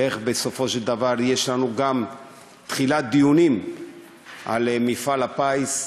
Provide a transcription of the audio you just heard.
איך בסופו של דבר יש לנו גם תחילת דיונים על מפעל הפיס,